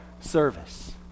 service